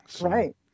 Right